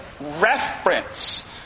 reference